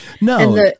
No